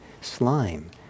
slime